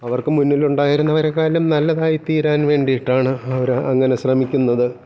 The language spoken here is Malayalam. അവർക്കുമുന്നിൽ ഉണ്ടായിരുന്നവരെക്കാളും നല്ലതായി തീരാൻ വേണ്ടിയിട്ടാണ് അവർ അങ്ങനെ ശ്രമിക്കുന്നത്